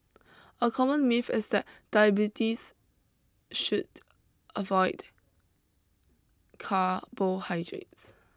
a common myth is that diabetes should avoid carbohydrates